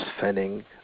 fanning